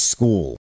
School